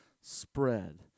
spread